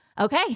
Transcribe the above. Okay